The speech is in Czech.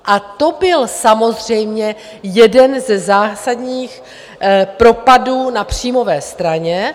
A to byl samozřejmě jeden ze zásadních propadů na příjmové straně.